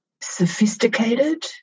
sophisticated